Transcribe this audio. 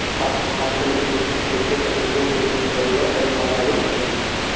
పంటలకు నీటినీ పెట్టే పద్ధతి లో ఉపయోగించే బరువుల పరిమాణాలు చెప్పండి?